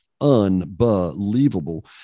unbelievable